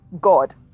God